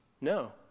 no